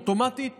אוטומטית